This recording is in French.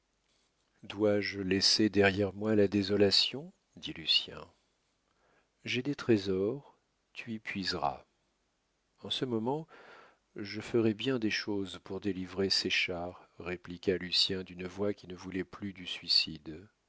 dois-je laisser derrière moi la désolation dit lucien j'ai des trésors tu y puiseras en ce moment je ferais bien des choses pour délivrer séchard répliqua lucien d'une voix qui ne voulait plus du suicide